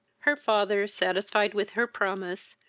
her father, satisfied with her promise,